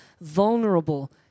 vulnerable